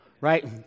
right